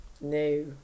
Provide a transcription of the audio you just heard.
No